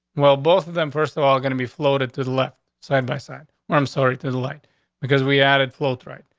well, both of them, first of all, gonna be floated to the left side by side. well, i'm sorry to the light because we added float, right.